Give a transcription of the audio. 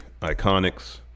Iconics